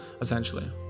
essentially